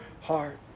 heart